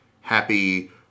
happy